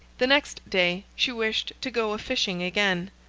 the next day she wished to go a fishing again,